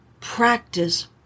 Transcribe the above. practice